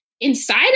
inside